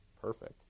perfect